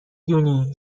دونی